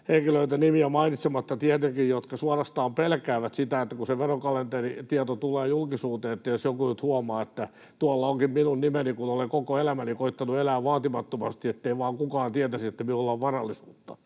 henkilöitä, nimiä mainitsematta tietenkin, jotka suorastaan pelkäävät sitä, kun se verokalenteritieto tulee julkisuuteen, että jos joku nyt huomaa, että tuolla onkin minun nimeni, kun olen koko elämäni koettanut elää vaatimattomasti — ettei vaan kukaan tietäisi, että minulla on varallisuutta.